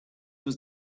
was